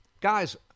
guys